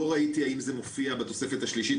לא ראיתי אם זה מופיע בתוספת השלישית,